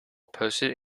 posted